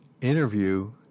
interview